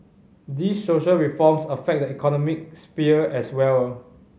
these social reforms affect the economic sphere as well